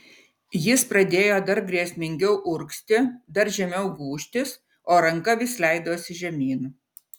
jis pradėjo dar grėsmingiau urgzti dar žemiau gūžtis o ranka vis leidosi žemyn